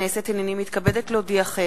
נתקבלה.